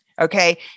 okay